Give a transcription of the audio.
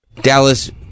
Dallas